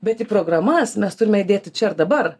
bet į programas mes turime įdėti čia ir dabar